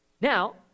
Now